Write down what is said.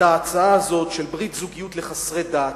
את ההצעה הזאת של ברית זוגיות לחסרי דת,